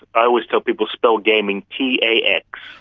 i always tell people, spell gaming t a x.